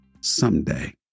someday